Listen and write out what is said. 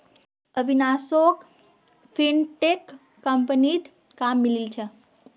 अविनाशोक फिनटेक कंपनीत काम मिलील छ